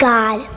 God